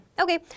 Okay